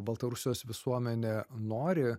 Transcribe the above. baltarusijos visuomenė nori